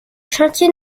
chantiers